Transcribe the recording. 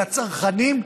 לצרכנים,